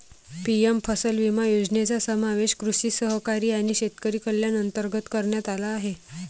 PM फसल विमा योजनेचा समावेश कृषी सहकारी आणि शेतकरी कल्याण अंतर्गत करण्यात आला आहे